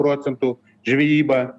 procentų žvejybą